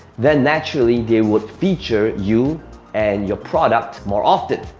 then naturally they would feature you and your product more often.